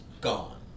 gone